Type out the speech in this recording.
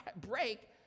Break